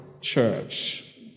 church